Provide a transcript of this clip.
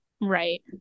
Right